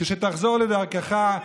כשתחזור לדרכך,